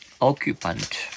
Occupant